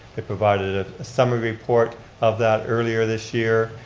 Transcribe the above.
they provided a summary report of that earlier this year.